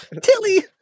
Tilly